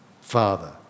Father